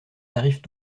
tarifs